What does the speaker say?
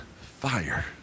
fire